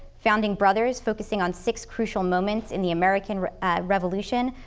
founding brothers, focusing on six crucial moments in the american revolution,